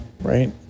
right